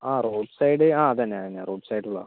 ആ road side ആ അതുതന്നെ അതുതന്നെ റോഡ് സൈഡിലാണ്